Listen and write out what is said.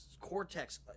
cortex